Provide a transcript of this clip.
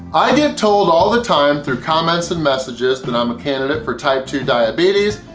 i get told all the time through comments and messages that i'm a candidate for type two diabetes,